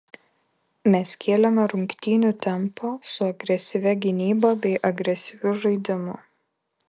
mes kėlėme rungtynių tempą su agresyvia gynyba bei agresyviu žaidimu